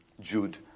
Jude